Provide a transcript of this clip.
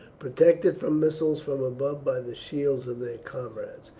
protected from missiles from above by the shields of their comrades.